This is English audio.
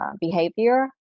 behavior